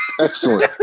excellent